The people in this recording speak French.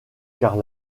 car